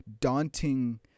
daunting